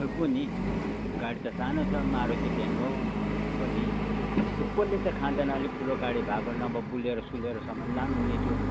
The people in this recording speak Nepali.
खै कुनि गाडी त सानो छ मारुती भ्यान हो कोनि त्यो कसले चाहिँ खाँदैन अलिक ठुलो गाडी भएको नभए बोलेरोसुलेरोसम्म लानुहुने थियो